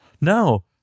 no